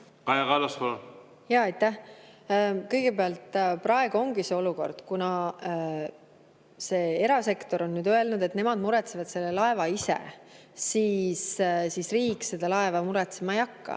Kõigepealt, praegu ongi see olukord: kuna erasektor on öelnud, et nemad muretsevad selle laeva ise, siis riik seda laeva muretsema ei hakka.